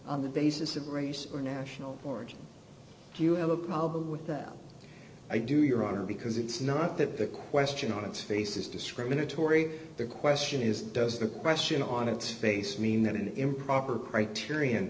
on the basis of race or national origin do you have a problem with that i do your honor because it's not that the question on its face is discriminatory the question is does the question on its face mean that an improper criterion